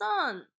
sun